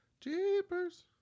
Jeepers